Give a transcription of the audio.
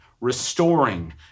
restoring